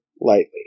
lightly